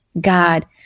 God